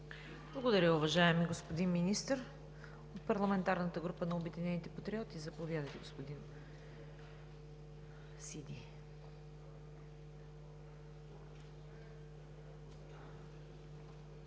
Благодаря, уважаеми господин Министър. От парламентарната група на „Обединени патриоти“ – заповядайте, господин Сиди.